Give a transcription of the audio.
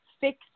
fix